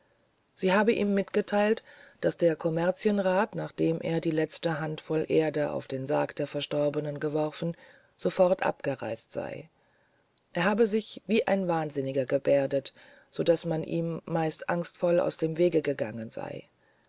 sie habe ihm mitgeteilt daß der kommerzienrat nachdem er die letzte handvoll erde auf den sarg der verstorbenen geworfen sofort abgereist sei er habe sich wie ein wahnsinniger gebärdet so daß sie ihm meist angstvoll aus dem wege gegangen sei